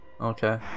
okay